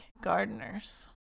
gardeners